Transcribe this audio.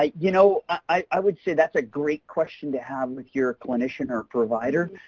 ah you know, i would say that's a great question to have your clinician or provider.